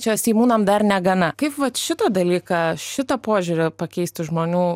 čia seimūnam dar negana kaip vat šitą dalyką šitą požiūrį pakeisti žmonių